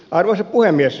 arvoisa puhemies